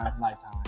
Lifetime